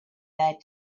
there